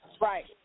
Right